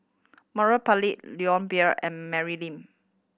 Murali Pillai Leon Perera and Mary Lim